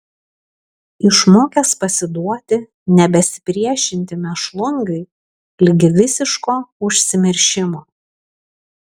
išmokęs pasiduoti nebesipriešinti mėšlungiui ligi visiško užsimiršimo